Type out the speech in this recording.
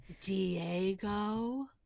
Diego